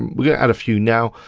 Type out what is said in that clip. we're gonna add a few now.